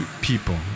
people